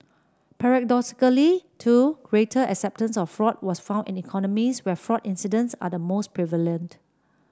paradoxically too greater acceptance of fraud was found in economies where fraud incidents are the most prevalent